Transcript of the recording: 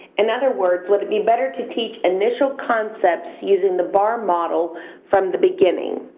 in other words, would it be better to teach initial concepts using the bar model from the beginning?